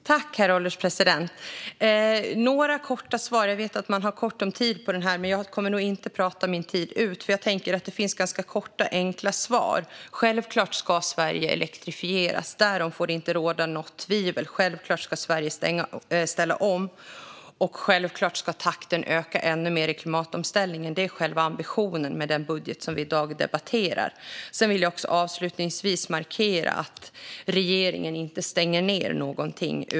Herr ålderspresident! Jag kommer nog inte att prata min tid ut, för jag tänker att det finns ganska korta, enkla svar. Självklart ska Sverige elektrifieras. Därom får det inte råda något tvivel. Självklart ska Sverige ställa om, och självklart ska takten i klimatomställningen öka ännu mer. Det är själva ambitionen med den budget som vi i dag debatterar. Jag vill avslutningsvis markera att regeringen inte stänger ned någonting.